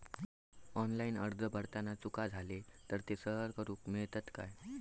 Online अर्ज भरताना चुका जाले तर ते सारके करुक मेळतत काय?